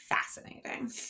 fascinating